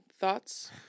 thoughts